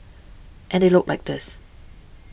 and they look like this